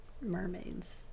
mermaids